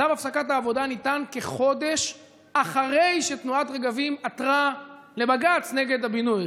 צו הפסקת העבודה ניתן כחודש אחרי שתנועת רגבים עתרה לבג"ץ נגד הבינוי.